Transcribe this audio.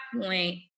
point